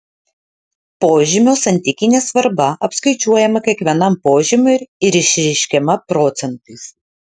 požymio santykinė svarba apskaičiuojama kiekvienam požymiui ir išreiškiama procentais